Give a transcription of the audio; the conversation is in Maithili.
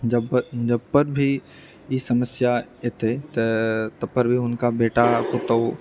जब जब पर भी ई समस्या एतै तऽ तबपर भी हुनका बेटा पुतहुँ